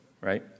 right